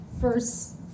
First